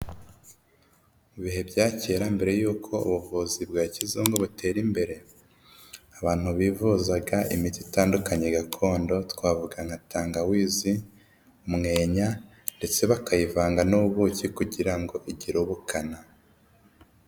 Ibihe bya kera mbere y'uko ubuvuzi bwa kizungu butera imbere abantu bivuzaga imiti itandukanye gakondo twavuga nka tangawizi, umwenya ndetse bakayivanga n'ubuki kugira ngo igire ubukana.